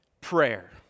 prayer